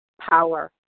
power